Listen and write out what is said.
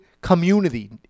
community